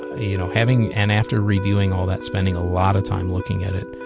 you know, having and after reviewing all that, spending a lot of time looking at it,